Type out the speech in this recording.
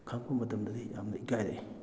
ꯈꯪꯉꯛꯄ ꯃꯇꯝꯗꯗꯤ ꯌꯥꯝꯅ ꯏꯀꯥꯏꯔꯛꯏ